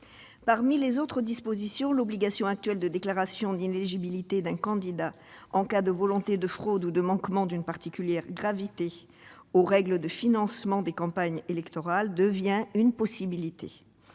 Par ailleurs, l'obligation actuelle de déclaration d'inéligibilité d'un candidat « en cas de volonté de fraude ou de manquement d'une particulière gravité aux règles de financement des campagnes électorales » devient une possibilité.